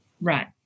Right